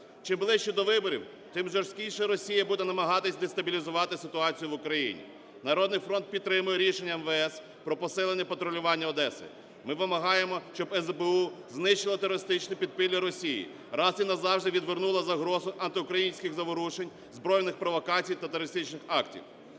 Чим ближче до виборів, тим жорсткіше Росія буде намагатися дестабілізувати ситуацію в Україні. "Народний фронт" підтримує рішення МВС про посилене патрулювання Одеси. Ми вимагаємо, щоб СБУ знищило терористичне підпілля Росії, раз і назавжди відвернуло загрозу антиукраїнських заворушень, збройних провокацій та терористичних актів.